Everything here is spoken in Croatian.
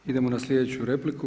Idemo na sljedeću repliku.